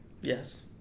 Yes